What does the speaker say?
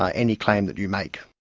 ah any claim that you make.